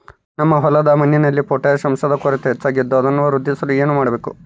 ನಮ್ಮ ಹೊಲದ ಮಣ್ಣಿನಲ್ಲಿ ಪೊಟ್ಯಾಷ್ ಅಂಶದ ಕೊರತೆ ಹೆಚ್ಚಾಗಿದ್ದು ಅದನ್ನು ವೃದ್ಧಿಸಲು ಏನು ಮಾಡಬೇಕು?